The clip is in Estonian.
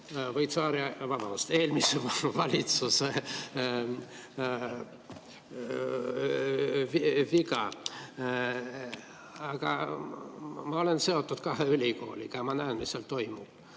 on, siis on see eelmise valitsuse viga? Aga ma olen seotud kahe ülikooliga ja ma näen, mis seal toimub.